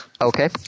Okay